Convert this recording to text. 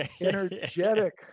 energetic